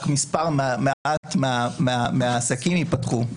רק מספר מעט מהעסקים ייפתחו.